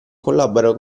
collabora